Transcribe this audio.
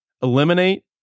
eliminate